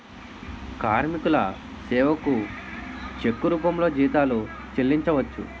కార్మికుల సేవకు చెక్కు రూపంలో జీతాలు చెల్లించవచ్చు